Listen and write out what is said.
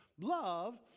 Love